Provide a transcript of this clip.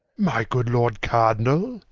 my good lord cardinall?